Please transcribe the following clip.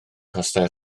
costau